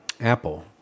Apple